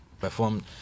perform